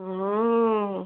ও